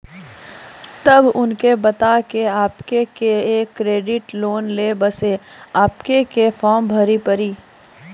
तब उनके बता के आपके के एक क्रेडिट लोन ले बसे आपके के फॉर्म भरी पड़ी?